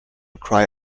cry